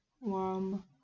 warm